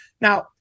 Now